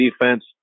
defense